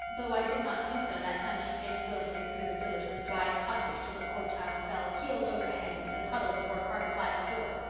though i did not think so that time she chased rilla here through the village with a dried codfish till the poor child fell, heels over head, into the puddle before carter flagg's store.